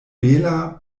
bela